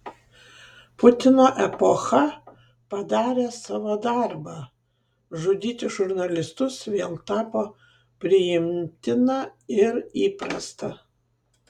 putino epocha padarė savo darbą žudyti žurnalistus vėl tapo priimtina ir įprasta